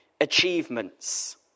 achievements